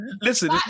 Listen